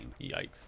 Yikes